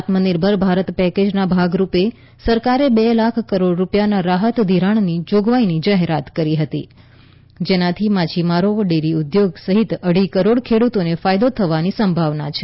આત્મનિર્ભર ભારત પેકેજના ભાગ રૂપે સરકારે બે લાખ કરોડ રૂપિયાના રાહત ધિરાણની જોગવાઈની જાહેરાત કરી હતી જેનાથી માછીમારો અને ડેરી ઉદ્યોગ સહિત અઢી કરોડ ખેડુતોને ફાયદો થવાની સંભાવના છે